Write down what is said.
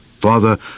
Father